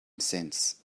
since